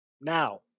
Now